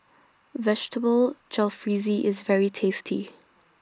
Vegetable Jalfrezi IS very tasty